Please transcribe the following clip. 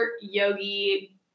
yogi